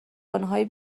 آنهایی